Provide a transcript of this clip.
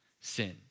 sin